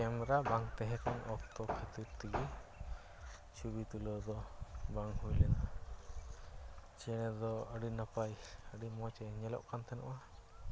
camera ᱵᱟᱝ ᱛᱟᱦᱮᱸᱠᱟᱱ ᱚᱠᱛᱚ ᱠᱷᱟᱹᱛᱤᱨ ᱛᱮᱜᱮ ᱪᱷᱩᱵᱤ ᱛᱩᱞᱟᱹᱣᱫᱚ ᱵᱟᱝ ᱦᱩᱭᱞᱮᱱᱟ ᱪᱮᱬᱮᱫᱚ ᱟᱹᱰᱤ ᱱᱟᱯᱟᱭ ᱟᱹᱰᱤ ᱢᱚᱡᱽᱮ ᱧᱮᱞᱚᱜ ᱠᱟᱱ ᱛᱟᱦᱮᱱᱚᱜᱼᱟ